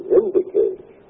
indicate